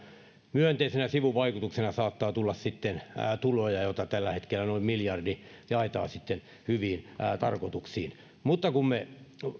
myönteisenä sivuvaikutuksena saattaa tulla sitten tuloja joita tällä hetkellä noin miljardi jaetaan hyviin tarkoituksiin kun me